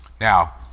Now